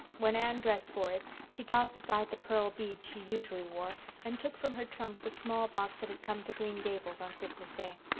when anne dressed for it she tossed aside the pearl beads she usually wore and took from her trunk the small box that had come to green gables on christmas day.